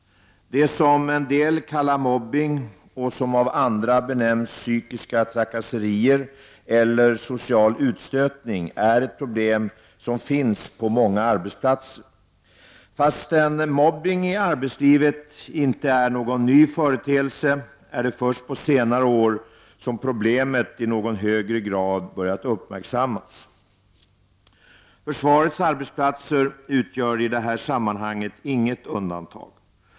Det som en del kallar mobbning och som av andra benämns psykiska trakasserier eller social utstötning är ett problem som finns på många arbetsplatser. Fastän mobbning i arbetslivet inte är någon ny företeelse är det först på senare år som problemet i någon högre grad börjat uppmärksammas. Försvarets arbetsplatser utgör i det här sammanhanget inget undantag.